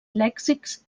lèxics